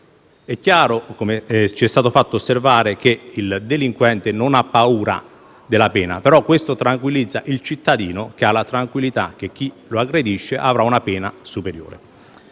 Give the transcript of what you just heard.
È chiaro - come ci è stato fatto osservare - che il delinquente non ha paura della pena; questo però tranquillizza il cittadino, che ha la tranquillità che chi lo aggredisce avrà una pena superiore.